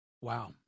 Wow